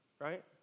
right